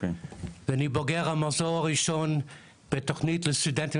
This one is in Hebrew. ואני בוגר המחזור הראשון בתוכנית לסטודנטים